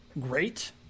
great